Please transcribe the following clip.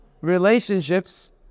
relationships